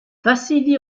vassili